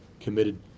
committed